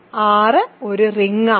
R ഒരു റിങ്ങാണ്